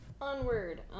Onward